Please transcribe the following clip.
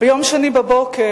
ביום שני בבוקר,